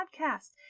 podcast